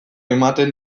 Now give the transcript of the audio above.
ematen